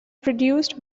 produced